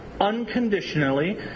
unconditionally